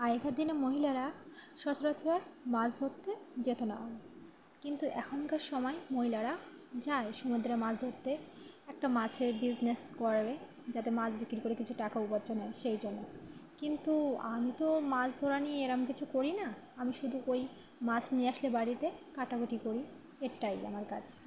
আগেকার দিনে মহিলারা সচরাচর মাছ ধরতে যেত না কিন্তু এখনকার সময় মহিলারা যায় সমুদ্রে মাছ ধরতে একটা মাছের বিজনেস করবে যাতে মাছ বিক্রি করে কিছু টাকা উপার্জন হয় সেই জন্য কিন্তু আমি তো মাছ ধরা নিয়ে এ রকম কিছু করি না আমি শুধু ওই মাছ নিয়ে আসলে বাড়িতে কাটাকুটি করি এটাই আমার কাজ